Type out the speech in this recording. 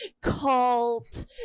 cult